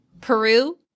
Peru